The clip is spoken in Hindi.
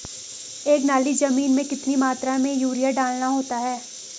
एक नाली जमीन में कितनी मात्रा में यूरिया डालना होता है?